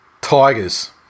tigers